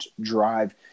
drive